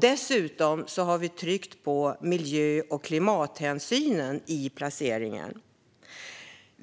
Dessutom har vi tryckt på miljö och klimathänsynen i placeringen.